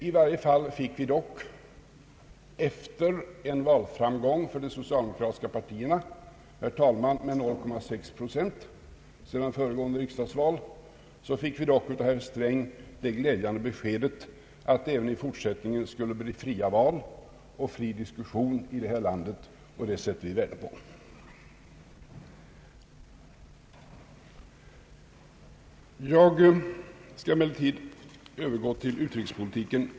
I varje fall fick vi dock efter en valframgång för de socialistiska partierna, herr talman, med 0,6 procent sedan föregående riksdagsval av herr Sträng det glädjande beskedet att det även i fortsättningen skulle bli fria val och fri diskussion i detta land, vilket vi sätter värde på. Jag skall med några få ord beröra utrikespolitiken.